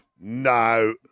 No